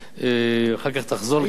אחר כך היא תחזור לכאן.